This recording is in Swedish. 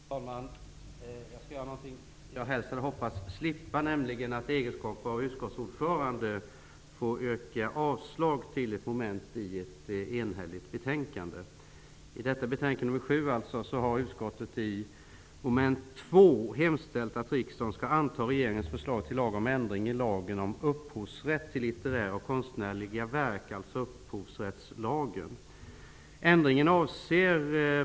Herr talman! Jag skall göra någonting som jag helst hade velat slippa, nämligen att i egenskap av utskottsordförande yrka avslag till ett moment i ett enhälligt betänkande. I betänkade nr 7 har utskottet i moment 2 hemställt att riksdagen skall anta regeringens förslag till lag om ändring i lagen om upphovsrätt till litterära och konstnärliga verk, alltså upphovsrättslagen.